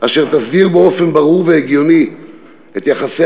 אשר תסדיר באופן ברור והגיוני את יחסי